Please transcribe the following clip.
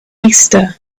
easter